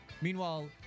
meanwhile